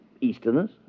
Easterners